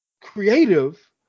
creative